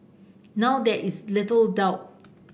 now there is little doubt